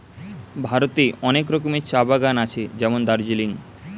ভারতে অনেক রকমের চা বাগান আছে যেমন দার্জিলিং